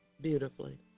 beautifully